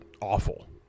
awful